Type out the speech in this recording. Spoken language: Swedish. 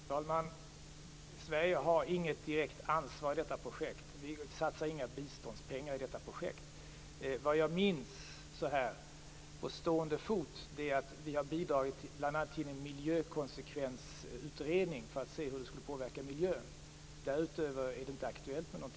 Fru talman! Sverige har inte något direkt ansvar i detta projekt. Vi satsar inga biståndspengar där. Vad jag så här på stående fot minns är att vi bl.a. har bidragit till en miljökonsekvensutredning för att se hur miljön skulle påverkas. Något annat är inte aktuellt.